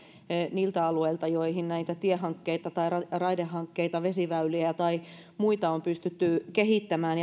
niiltä alueilta joihin näitä tiehankkeita tai raidehankkeita vesiväyliä tai muita on pystytty kehittämään